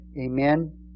Amen